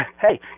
hey